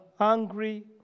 angry